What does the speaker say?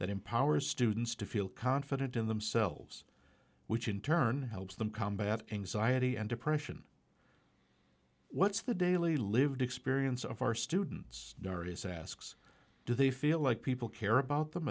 that empowers students to feel confident in themselves which in turn helps them combat anxiety and depression what's the daily lived experience of our students darrius asks do they feel like people care about them